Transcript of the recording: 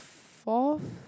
fourth